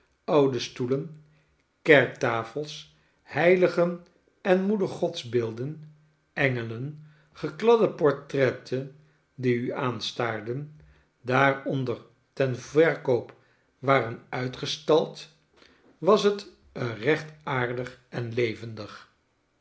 oude stoelen kerktafels heiligen en moedergodsbeelden engelen gekladde portretten die uaanstaarden daaronder ten verkoop waren uitgestald was het er recht aardig en levendig